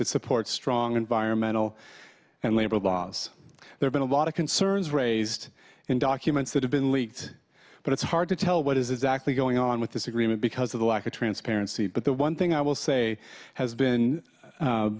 that support strong environmental and labor laws there's been a lot of concerns raised in documents that have been leaked but it's hard to tell what is exactly going on with this agreement because of the lack of transparency but the one thing i will say has been